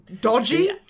dodgy